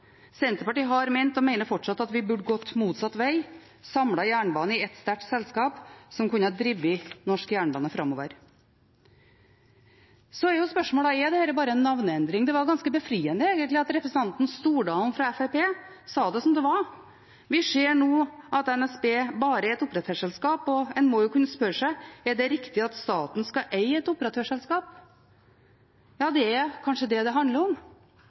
Senterpartiet har ment og mener fortsatt at vi burde gått motsatt vei – samlet jernbanen i ett sterkt selskap som kunne drevet norsk jernbane framover. Spørsmålet er: Er dette bare en navneendring? Det var egentlig ganske befriende at representanten Stordalen fra Fremskrittspartiet sa det som det var. Vi ser nå at NSB bare er et operatørselskap, og en må kunne spørre seg: Er det riktig at staten skal eie et operatørselskap? Det er kanskje det representanten Stordalen sier, det handler om: